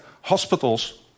hospitals